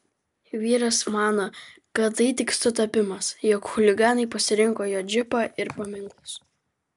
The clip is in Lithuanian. vyras mano kad tai tik sutapimas jog chuliganai pasirinko jo džipą ir paminklus